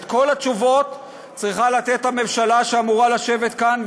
את כל התשובות צריכה לתת הממשלה שאמורה לשבת כאן,